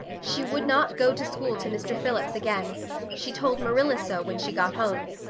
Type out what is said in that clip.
she would not go to school to mr. phillips again she told marilla so when she got home.